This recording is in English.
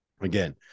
again